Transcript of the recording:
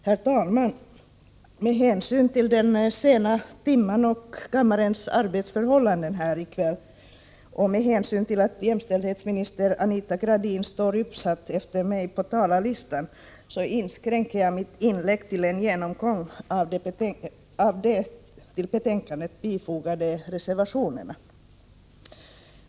Herr talman! Med hänsyn till den sena timmen och kammarens arbetsförhållanden här i kväll samt med hänsyn till att jämställdhetsminister Anita Gradin står uppsatt på talarlistan efter mig inskränker jag mitt inlägg till en genomgång av de till betänkandet fogade reservationerna.